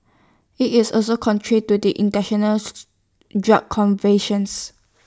IT is also contrary to the International drug conventions